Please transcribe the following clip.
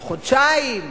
חודשיים?